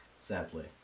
Sadly